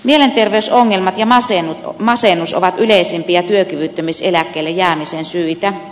mielenterveysongelmat ja masennus ovat yleisimpiä työkyvyttömyyseläkkeelle jäämisen syitä